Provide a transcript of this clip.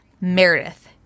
Meredith